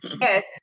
Yes